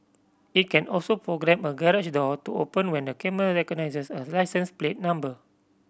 it can also programme a garage door to open when the camera recognises as license plate number